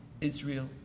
Israel